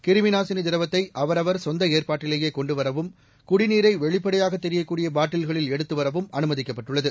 கிருமிநாசினி திரவத்தை அவரவர் சொந்த ஏற்பாட்டிலேயே கொண்டு வரவும் குடிநீரை வெளிப்படையாக தெரியக்கூடிய பாட்டில்களில் எடுத்துவரவும் அனுமதிக்கப்பட்டுள்ளது